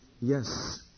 Yes